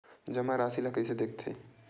जमा राशि ला कइसे देखथे?